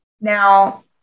Now